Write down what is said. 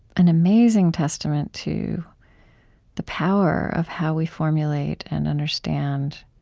an amazing testament to the power of how we formulate and understand